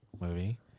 movie